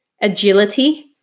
agility